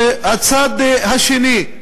זה הצד השני,